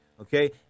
Okay